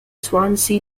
swansea